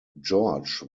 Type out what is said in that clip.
george